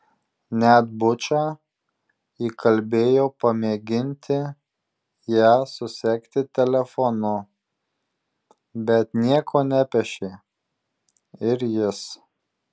net bučą įkalbėjau pamėginti ją susekti telefonu bet nieko nepešė ir jis